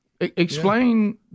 Explain